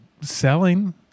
selling